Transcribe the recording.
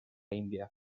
india